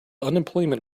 unemployment